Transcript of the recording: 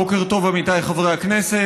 בוקר טוב, עמיתיי חברי הכנסת.